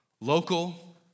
local